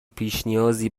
پیشنیازی